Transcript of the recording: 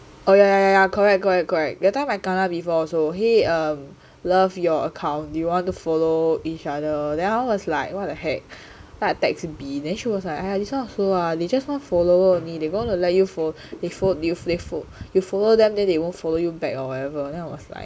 oh ya ya ya correct correct correct that time I kena before so !hey! um love your account you want to follow each other then I was like what the heck that I texting b then she was like this one also ah they just want follower only they wanna let you follow you follow them then they won't follow you back or whatever then I was like oh